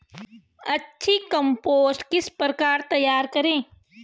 अच्छी कम्पोस्ट किस प्रकार तैयार करें?